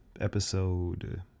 episode